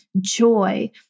joy